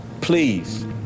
please